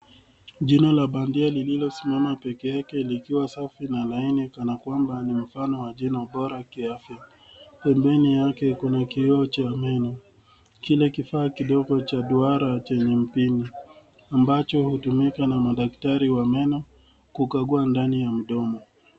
Jino la bandia lililosimama peke yake likiwa safi na laini kana kwamba ni mfano wa jino bora la kiafya. Helini yake kuna kioo cha meno, kile kifaa kidogo cha duara chenye mpindo, ambacho hutumika na madaktari wa meno kukagua ndani ya mdomo.